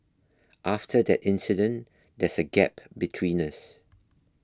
after that incident there's a gap between us